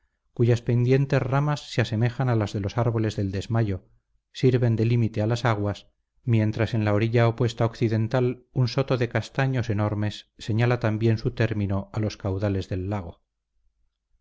cuyas pendientes ramas se asemejan a las de los árboles del desmayo sirven de límite a las aguas mientras en la orilla opuesta occidental un soto de castaños enormes señala también su término a los caudales del lago